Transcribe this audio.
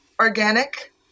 organic